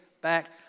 back